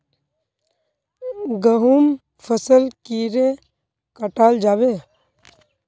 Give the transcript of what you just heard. गहुम फसल कीड़े कटाल जाबे?